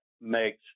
makes